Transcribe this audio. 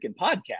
podcast